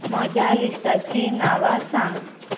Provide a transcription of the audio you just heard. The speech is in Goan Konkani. म्हज्या लिस्टाची नांवां सांग